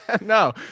No